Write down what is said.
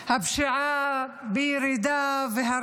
והפשיעה בירידה -- היא לא בירידה.